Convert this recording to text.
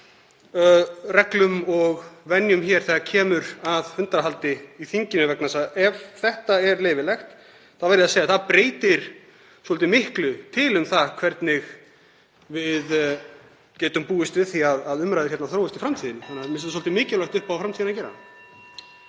reglum og venjum hér þegar kemur að fundarhaldi í þinginu vegna þess að ef þetta er leyfilegt þá verð ég að segja að það breytir svolítið miklu um hvernig við getum búist við því að umræður hér þróist í framtíðinni. Mér finnst það svolítið mikilvægt upp á framtíðina að gera.